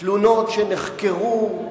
תלונות שנחקרו,